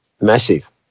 Massive